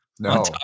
No